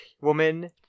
woman